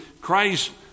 Christ